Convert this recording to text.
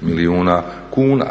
milijuna kuna.